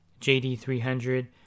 JD300